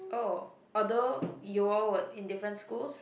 oh although you all were in different schools